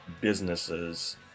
businesses